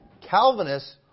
Calvinists